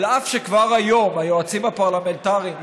אף שכבר היום היועצים הפרלמנטריים,